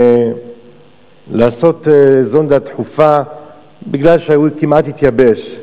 לעשות זונדה דחופה כי הוא כמעט התייבש.